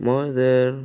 Mother